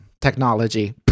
Technology